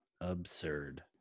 absurd